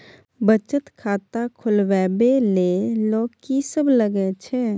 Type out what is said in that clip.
बचत खाता खोलवैबे ले ल की सब लगे छै?